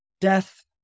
death